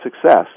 success